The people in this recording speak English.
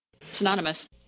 synonymous